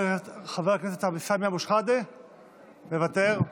חבר הכנסת סמי אבו שחאדה, מוותר.